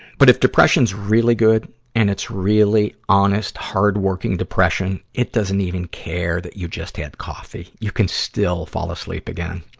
but if depression's really good and it's really honest, hard-working depression, it doesn't even care that you just had coffee. you can still fall asleep again.